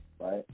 right